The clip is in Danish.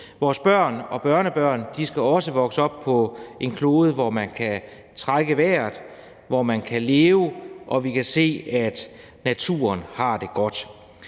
Vores børn og børnebørn skal også vokse op på en klode, hvor man kan trække vejret, hvor man kan leve, og hvor vi kan se, at naturen har det godt.